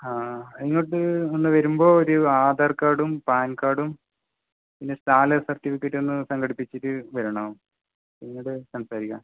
ആ ഇങ്ങോട്ട് ഒന്ന് വരുമ്പോൾ ഒരു ആധാർ കാർഡും പാൻ കാർഡും പിന്നെ സാലറി സർട്ടിഫിക്കറ്റും ഒന്ന് സംഘടിപ്പിച്ചിട്ട് വരണം പിന്നീട് സംസാരിക്കാം